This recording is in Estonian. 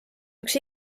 üks